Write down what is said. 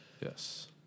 Yes